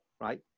right